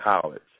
college